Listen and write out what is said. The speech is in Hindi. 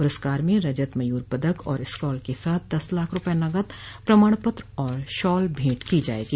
पुरस्कार में रजत मयूर पदक और स्क्रॉल के साथ दस लाख रुपये नकद प्रमाणपत्र और शॉल भेंट की जाएगी